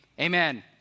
amen